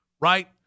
right